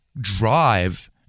drive